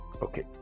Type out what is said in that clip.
okay